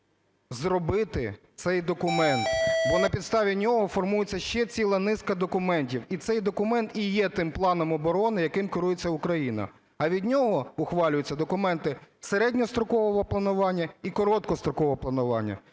зробити цей документ. Бо на підставі нього формується ще ціла низка документів. І цей документ і є тим планом оборони, яким керується Україна. А від нього ухвалюються документи середньострокового планування і короткострокового планування.